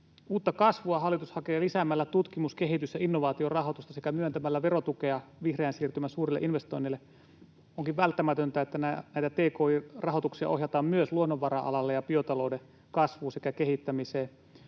Uutta kasvua hallitus hakee lisäämällä tutkimus‑, kehitys- ja innovaatiorahoitusta sekä myöntämällä verotukea vihreän siirtymän suurille investoinneille. Onkin välttämätöntä, että näitä tki-rahoituksia ohjataan myös luonnonvara-alalle ja biotalouden kasvuun sekä kehittämiseen.